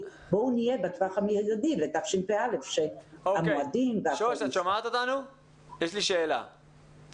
יש לי שאלה.